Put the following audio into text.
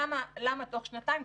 למה בתוך שנתיים?